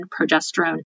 progesterone